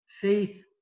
faith